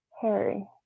Harry